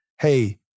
hey